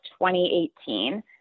2018